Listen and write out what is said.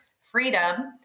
freedom